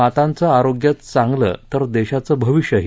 मातांचं आरोग्य चांगलं तर देशाचं भविष्यही